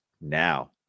now